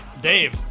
Dave